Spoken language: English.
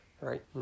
right